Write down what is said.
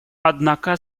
однако